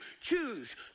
choose